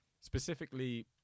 Specifically